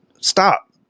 stop